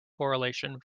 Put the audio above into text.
correlation